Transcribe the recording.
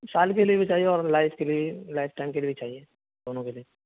سال کے لیے بھی چاہیے اور لائف کے لیے لائف ٹائم کے لیے بھی چاہیے دونوں کے لیے